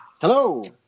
Hello